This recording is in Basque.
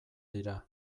dira